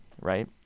right